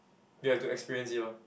you have to experience it lor